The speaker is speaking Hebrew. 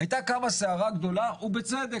הייתה קמה סערה גדולה, ובצדק.